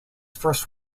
first